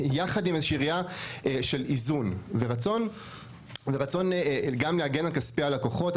יחד עם איזושהי ראייה של איזון ורצון גם להגן על כספי הלקוחות,